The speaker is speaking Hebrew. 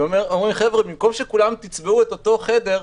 ואומרים: חבר'ה, במקום שכולכם תצבעו את אותו חדר,